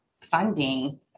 funding